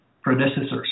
predecessors